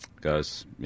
Guys